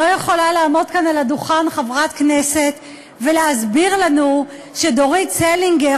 לא יכולה לעמוד כאן על הדוכן חברת כנסת ולהסביר לנו שדורית סלינגר,